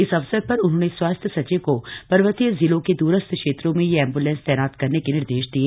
इस अवसर पर उन्होंने स्वास्थ्य सचिव को पर्वतीय जिलों के दुरस्थ क्षेत्रों में ये एम्ब्लेंस तैनात करने के निर्देश दिये